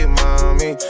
mommy